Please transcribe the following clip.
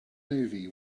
movie